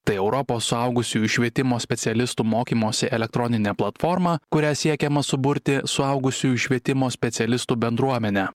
tai europos suaugusiųjų švietimo specialistų mokymosi elektroninė platforma kuria siekiama suburti suaugusiųjų švietimo specialistų bendruomenę